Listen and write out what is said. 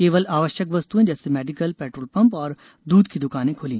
केवल आवश्यक वस्तुएं जैसे मेडीकल पेट्रोल पम्प और दूध की दुकानें खुली